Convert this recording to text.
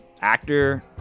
Actor